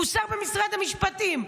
הוא שר במשרד המשפטים.